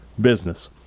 business